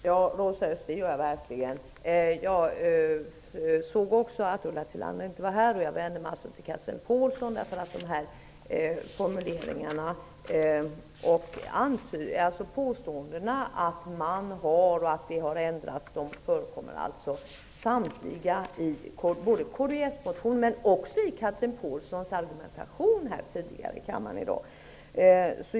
Herr talman! Det gör jag verkligen, Rosa Östh. Jag såg också att Ulla Tillander inte var här. Jag vänder mig alltså till Chatrine Pålsson. Uttrycken som ''man har'' och ''det har ändrats'' förekommer samtliga i kds-motioner och förekom också i Chatrine Pålssons argumentation tidigare i kammaren i dag.